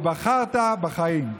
ובחרת בחיים.